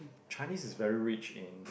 Chinese is very rich in